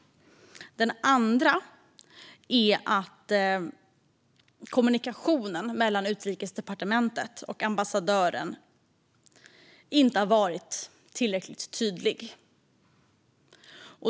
Den andra är att kommunikationen mellan Utrikesdepartementet och ambassadören inte har varit tillräckligt tydlig.